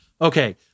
Okay